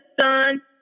son